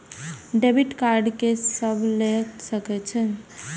Debit card के सब ले सके छै?